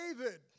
David